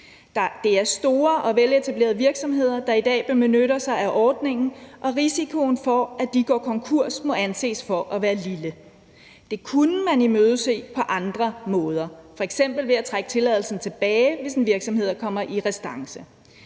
Det er store og veletablerede virksomheder, der i dag benytter sig af ordningen, og risikoen for, at de går konkurs, må anses for at være lille. Det kunne man imødese på andre måder, f.eks. ved at trække tilladelsen tilbage, hvis en virksomhed kommer i restance.